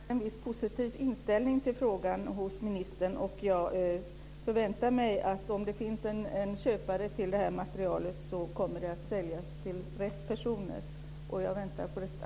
Fru talman! Jag uppfattar en viss positiv inställning till frågan hos ministern. Jag förväntar mig att om det finns en köpare till materielet kommer det att säljas till rätt personer. Jag väntar på detta.